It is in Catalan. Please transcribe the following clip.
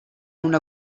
una